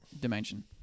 dimension